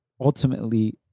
ultimately